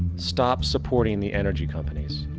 stop supporting the energy companies.